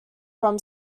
from